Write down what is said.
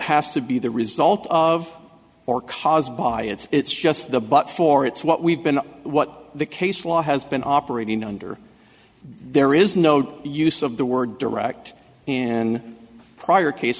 has to be the result of or caused by it's just the but for it's what we've been what the case law has been operating under there is no use of the word direct in prior case